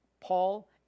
Paul